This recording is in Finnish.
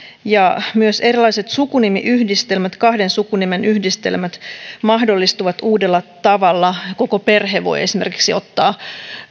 ja myös erilaiset sukunimiyhdistelmät kahden sukunimen yhdistelmät mahdollistuvat uudella tavalla koko perhe voi esimerkiksi ottaa